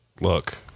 Look